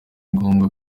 ngombwa